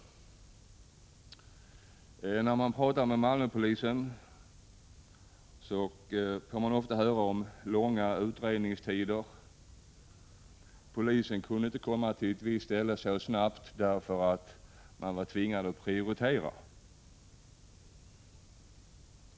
När man pratar med Malmöpolisen får man ofta höra om långa utredningstider, att polisen inte kunde komma till ett visst ställe så snabbt därför att den tvingades att prioritera, osv.